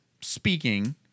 speaking